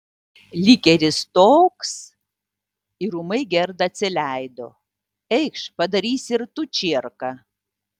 likeris toks ir ūmai gerda atsileido eikš padarysi ir tu čierką